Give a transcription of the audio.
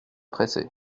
pressés